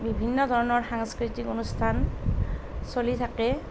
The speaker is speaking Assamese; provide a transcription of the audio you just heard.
বিভিন্ন ধৰণৰ সাংস্কৃতিক অনুষ্ঠান চলি থাকে